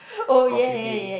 Coffee Bean